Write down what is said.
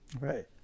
Right